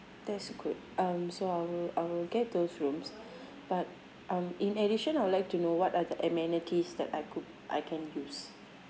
that's good um so I'll I'll get those rooms but um in addition I would like to know what are the amenities that I could I can use